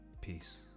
Peace